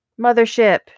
mothership